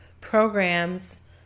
programs